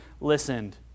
listened